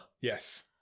Yes